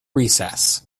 recess